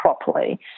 properly